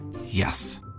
Yes